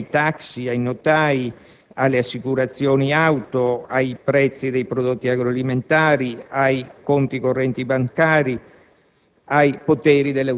alla panificazione, ai taxi, ai notai, alle assicurazioni auto, ai prezzi dei prodotti agroalimentari, ai conti correnti bancari,